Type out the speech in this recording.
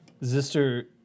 Zister